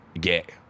get